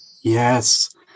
Yes